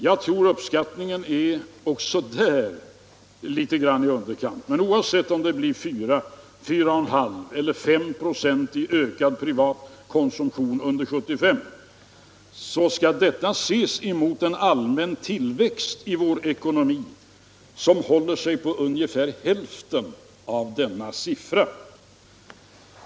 Jag tror uppskattningen också där är litet grand i underkant, men oavsett om det blir 4, 4,5 eller 5 96 i ökad privat konsumtion under 1975 skall detta ses mot en allmän tillväxt i vår ekonomi som håller sig på ungefär hälften av denna siffra.